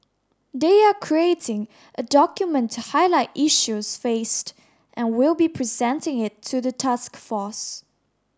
they are creating a document to highlight issues faced and will be presenting it to the task force